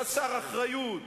חסר אחריות,